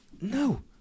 no